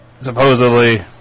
supposedly